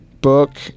book